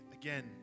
again